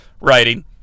writing